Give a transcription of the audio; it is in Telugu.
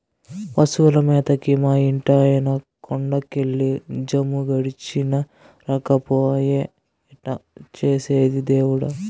పశువుల మేతకి మా ఇంటాయన కొండ కెళ్ళి జాము గడిచినా రాకపాయె ఎట్టా చేసేది దేవుడా